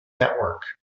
network